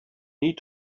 need